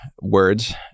words